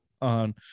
on